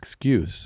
excuse